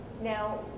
Now